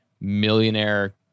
millionaire